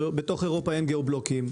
בתוך אירופה אין גיאו-בלוקינג.